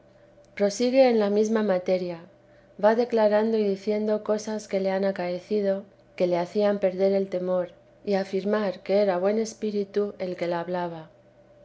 prosigue en la mesma materia va decíaíndice rando y diciendo cosas que le han acaecido que le hacían perder el temor y afirmar que era buen espíritu el que la hablaba